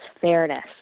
fairness